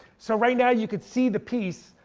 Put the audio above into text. so right now you could see the piece.